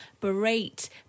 berate